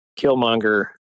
Killmonger